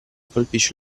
colpisce